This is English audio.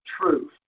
truth